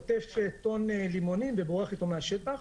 קוטף טון לימונים ובורח איתו מהשטח.